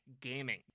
gaming